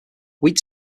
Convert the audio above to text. wheat